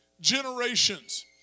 generations